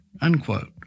Unquote